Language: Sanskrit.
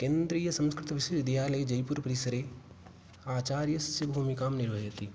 केन्द्रीयसंस्कृतविश्वविद्यालये जयपुरपरिसरे आचार्यस्य भूमिकां निर्वहति